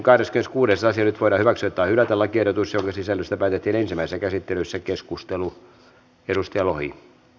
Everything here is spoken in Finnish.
nyt voidaan hyväksyä tai hylätä lakiehdotus jonka sisällöstä päätettiin ensimmäisessä käsittelyssä